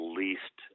least